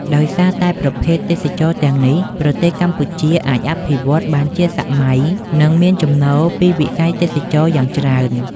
ដោយសារតែប្រភេទទេសចរណ៍ទាំងនេះ ប្រទេសកម្ពុជាអាចអភិវឌ្ឍបានជាសម័យ និងមានចំណូលពីវិស័យទេសចរណ៍យ៉ាងច្រើន។